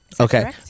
okay